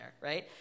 right